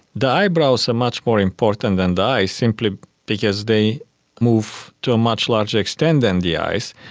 the eyebrows are much more important than the eyes, simply because they move to a much larger extent than the eyes.